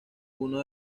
uno